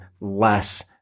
less